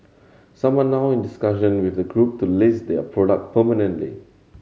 some are now in discussion with the Group to list their product permanently